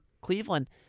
Cleveland